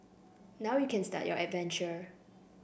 now you can start your adventure